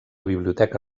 biblioteca